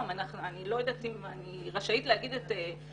אני לא יודעת אם אני רשאית לומר את המקום,